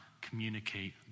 communicate